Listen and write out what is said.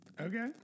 Okay